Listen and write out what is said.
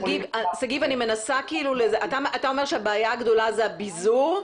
שגיב, אתה אומר שהבעיה הגדולה היא הביזור?